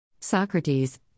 Socrates